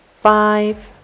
five